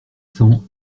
cents